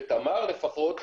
בתמר לפחות,